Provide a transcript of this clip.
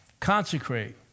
Consecrate